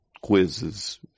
quizzes